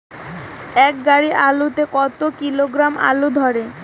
এক গাড়ি আলু তে কত কিলোগ্রাম আলু ধরে?